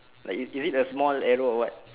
like you you read the small arrow or what